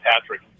Patrick